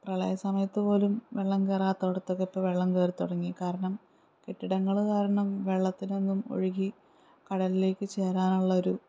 പ്രളയസമയത്തുപോലും വെള്ളം കയറാത്തയിടത്തൊക്കെ ഇപ്പോൾ വെള്ളം കയറിത്തുടങ്ങി കാരണം കെട്ടിടങ്ങൾ കാരണം വെള്ളത്തിനൊന്നും ഒഴുകി കടലിലേക്ക് ചേരാനുള്ളൊരു